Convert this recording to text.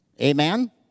Amen